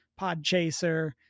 Podchaser